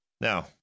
Now